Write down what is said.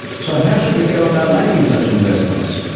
so how should we go about making such investments?